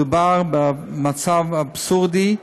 מדובר במצב אבסורדי,